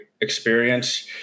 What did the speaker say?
experience